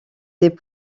des